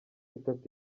itatu